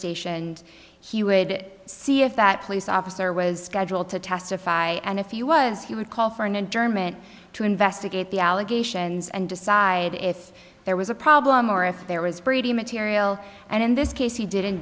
stationed he would see if that police officer was scheduled to testify and if he was he would call for an adjournment to investigate the allegations and decide if there was a problem or if there was brady material and in this case he didn't